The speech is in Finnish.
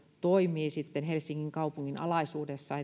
toimii helsingin kaupungin alaisuudessa